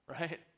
right